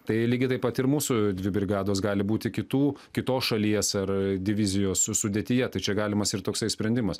tai lygiai taip pat ir mūsų dvi brigados gali būti kitų kitos šalies ar divizijos su sudėtyje tai čia galimas ir toksai sprendimas